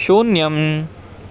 शून्यम्